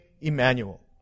Emmanuel